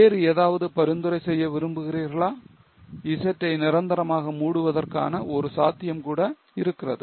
வேறு ஏதாவது பரிந்துரை செய்ய நீங்கள் விரும்புகிறீர்களா Z ஐ நிரந்தரமாக மூடுவதற்கான ஒரு சாத்தியமும் கூட இருக்கிறது